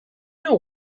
know